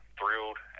thrilled